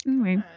okay